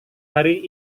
hari